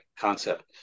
concept